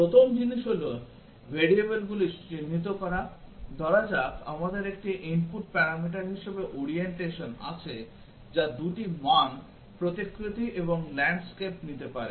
প্রথম জিনিস হল variableগুলি চিহ্নিত করা ধরা যাক আমাদের একটি input প্যারামিটার হিসাবে ওরিয়েন্টেশন আছে যা 2 টি মান প্রতিকৃতি এবং ল্যান্ডস্কেপ নিতে পারে